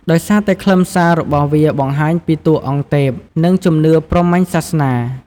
ដោយសារតែខ្លឹមសាររបស់វាបង្ហាញពីតួអង្គទេព និងជំនឿព្រហ្មញ្ញសាសនា។